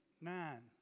Nine